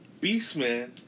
Beastman